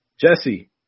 Jesse